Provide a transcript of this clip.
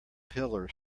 pillar